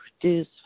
produce